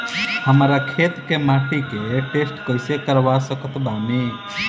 हमरा खेत के माटी के टेस्ट कैसे करवा सकत बानी?